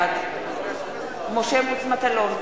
בעד משה מטלון,